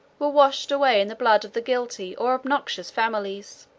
were washed away in the blood of the guilty, or obnoxious, families.